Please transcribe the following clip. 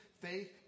faith